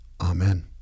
Amen